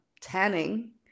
tanning